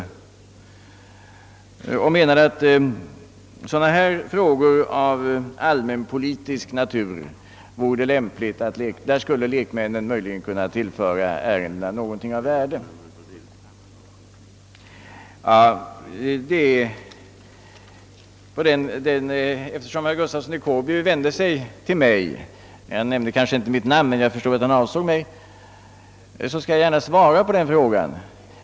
Herr Gustafsson menade, att när det gäller sådana här frågor av allmänpolitisk natur, skulle lekmännen möjligen kunna tillföra ärendena något av värde, Herr Gustafsson nämnde inte mitt namn, men jag förstod att han avsåg att vända sig till mig, och jag vill därför säga några ord i frågan.